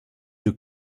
you